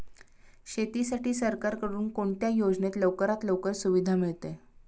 शेतीसाठी सरकारकडून कोणत्या योजनेत लवकरात लवकर सुविधा मिळते?